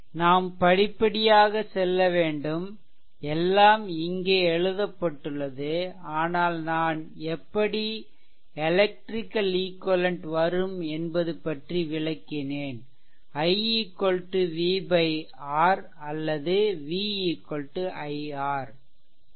நாம் படிப்படியாக செல்ல வேண்டும் எல்லாம் இங்கே எழுதப்பட்டுள்ளது ஆனால் நான் எப்படி எலெக்ட்ரிகல் ஈக்வேலென்ட் வரும் என்பது பற்றி விளக்கினேன் i v R அல்லது v i R